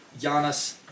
Giannis